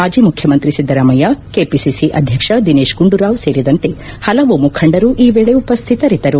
ಮಾಜಿ ಮುಖ್ಯಮಂತ್ರಿ ಸಿದ್ಗರಾಮಯ್ಲ ಕೆಪಿಸಿಸಿ ಅಧ್ಯಕ್ಷ ದಿನೇಶ್ ಗುಂಡೂರಾವ್ ಸೇರಿದಂತೆ ಪಲವು ಮುಖಂಡರು ಈ ವೇಳೆ ಉಪಸ್ಥಿತರಿದ್ದರು